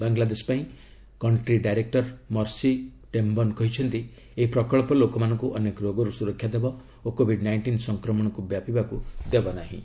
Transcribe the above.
ବାଂଲାଦେଶ ପାଇଁ country director Mercy Tembon କହିଛନ୍ତି ଏହି ପ୍ରକଳ୍ପ ଲୋକମାନଙ୍କୁ ଅନେକ ରୋଗରୁ ସୁରକ୍ଷା ଦେବ ଓ କୋବିଡ ନାଇଷ୍ଟିନ୍ ସଂକ୍ରମଣକୁ ବ୍ୟାପିବାକୁ ଦେବନାହିଁ